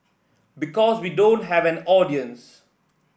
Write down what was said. because we don't have an audience